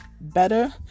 better